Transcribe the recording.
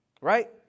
right